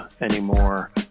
anymore